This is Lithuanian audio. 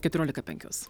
keturiolika penkios